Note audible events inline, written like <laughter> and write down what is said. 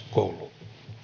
<unintelligible> kouluun